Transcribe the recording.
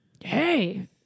Hey